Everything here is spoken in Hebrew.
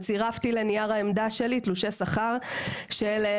צירפתי לנייר העמדה שלי תלושי שכר שאליהן